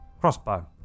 Crossbow